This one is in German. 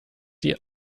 die